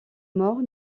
mort